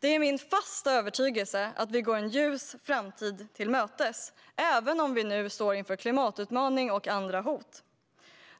är det min fasta övertygelse att vi går en ljus framtid till mötes, även om vi nu står inför klimatutmaningar och andra hot.